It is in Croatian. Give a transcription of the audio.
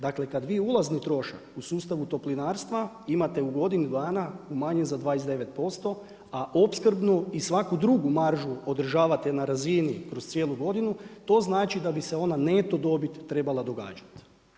Dakle, kad vi ulazni trošak u sustavu toplinarstva imate u godini dana umanjen za 29%, a opskrbnu i svaku drugu maržu održavate na razini kroz cijelu godinu, to znači da bi se ona neto dobit trebala događati.